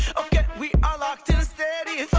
ok, we are locked and steady